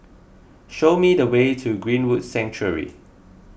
show me the way to Greenwood Sanctuary